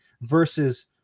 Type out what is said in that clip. versus